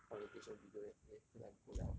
orientation video yesterday cause I bo liao